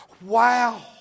wow